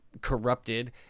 corrupted